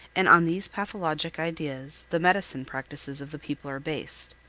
and on these pathologic ideas the medicine practices of the people are based.